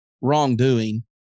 wrongdoing